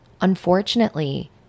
unfortunately